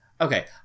okay